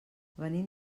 venim